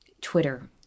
Twitter